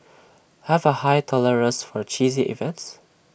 have A high tolerance for cheesy events